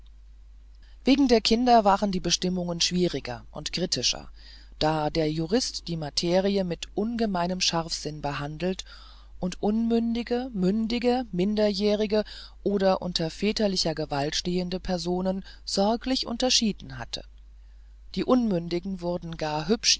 wegen der kinder waren die bestimmungen schwieriger und kritischer da der jurist die materie mit ungemeinem scharfsinn behandelt und unmündige mündige minderjährige und unter väterlicher gewalt stehende personen sorglich unterschieden hatte die unmündigen wurden gar